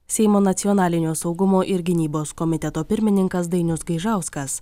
seimo nacionalinio saugumo ir gynybos komiteto pirmininkas dainius gaižauskas